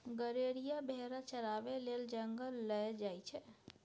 गरेरिया भेरा चराबै लेल जंगल लए जाइ छै